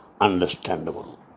Understandable